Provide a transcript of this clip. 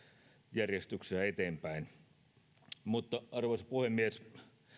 järjestyksessä eteenpäin arvoisa puhemies